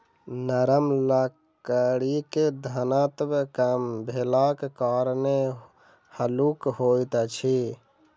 नरम लकड़ीक घनत्व कम भेलाक कारणेँ हल्लुक होइत अछि